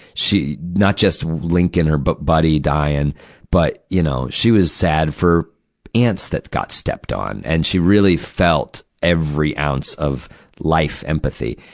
she, not just lincoln, her but buddy, dying. but, you know, she was sad for ants that got stepped on. and she really felt every ounce of life and empathy.